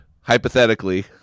hypothetically